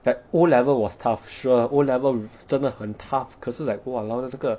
like O level was tough sure O level r~ 真的很 tough 可是 like !walao! 这个